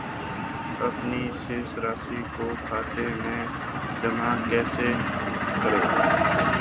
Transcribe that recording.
अपने शेष राशि को खाते में जमा कैसे करें?